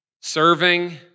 serving